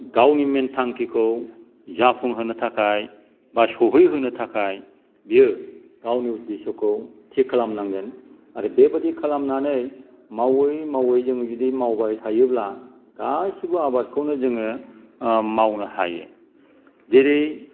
गावनि मेइन थांखिखौ जाफुंहोनो थाखाय बा सौहैहोनो थाखाय बियो गावनो उद्देस'खौ थिग खालामनांगोन आरो बेबायदि खालामनानै मावै मावै जों जुदि मावबाय थायोब्ला गासिबो आबादखौनो जोङो मावनो हायो जेरै